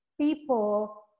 people